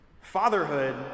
fatherhood